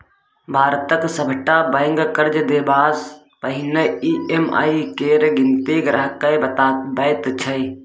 भारतक सभटा बैंक कर्ज देबासँ पहिने ई.एम.आई केर गिनती ग्राहकेँ बताबैत छै